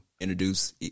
introduce